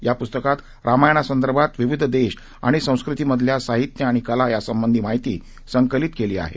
या पुस्तकात रामायणासंर्दभात विविध देश आणि संस्कृतीमधल्या साहित्य कला यासंबंधी माहिती संकलित केली आहे